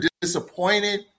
disappointed